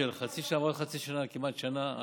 אני מציע שתעקוב אחרי התוכנית החדשה שתתפרסם היום.